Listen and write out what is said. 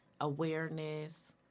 awareness